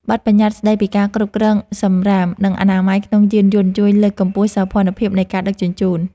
បទប្បញ្ញត្តិស្ដីពីការគ្រប់គ្រងសំរាម និងអនាម័យក្នុងយានយន្តជួយលើកកម្ពស់សោភ័ណភាពនៃការដឹកជញ្ជូន។